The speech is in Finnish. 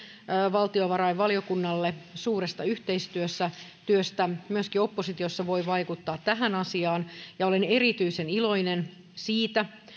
valtiovarainvaliokunnalle suuresta yhteistyöstä myöskin oppositiossa voi vaikuttaa tähän asiaan olen erityisen iloinen siitä